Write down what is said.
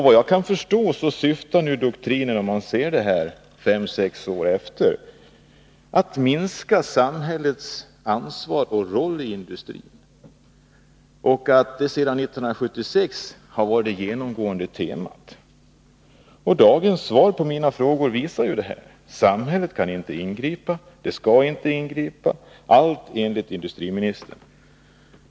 Vad jag kan förstå syftar doktrinen — när man ser det hela 5-6 år efteråt — till att minska samhällets ansvar för och roll i industrin, vilket har varit ett genomgående tema sedan 1976. Dagens svar på mina frågor visar detta, dvs. att samhället inte kan ingripa och inte skall ingripa — allt enligt industriministern.